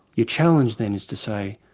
your challenge then is to say,